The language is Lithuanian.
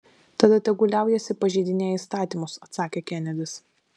tada tegul liaujasi pažeidinėję įstatymus atsakė kenedis